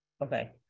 Okay